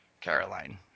Caroline